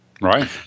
Right